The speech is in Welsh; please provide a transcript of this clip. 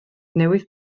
newydd